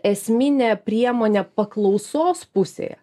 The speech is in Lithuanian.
esminė priemonė paklausos pusėje